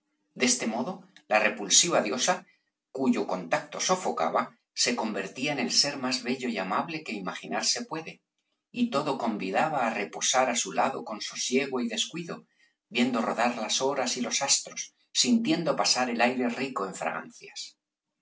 de este modo la repulsiva diosa cuyo contacto sofocaba se convertía en el ser más bello y amable que imaginarse puede y todo convidaba á repo sar á su lado con sosiego y descuido viendo rodar las horas y los astros sintiendo pasar el aire rico en fragancias